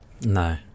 No